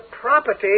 property